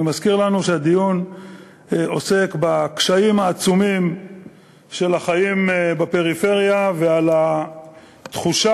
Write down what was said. אני מזכיר לנו שהדיון עוסק בקשיים העצומים של החיים בפריפריה ובתחושה